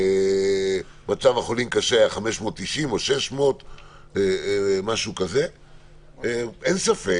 מצב החולים קשה היה 590 או 600. אין ספק